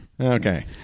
Okay